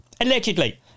Allegedly